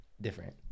different